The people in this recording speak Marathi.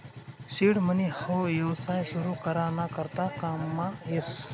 सीड मनी हाऊ येवसाय सुरु करा ना करता काममा येस